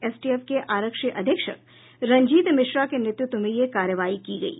STF के आरक्षी अधीक्षक रंजीत मिश्रा के नेतृत्व में यह कार्रवाई की गयी